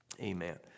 Amen